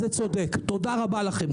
תודה רבה לכם.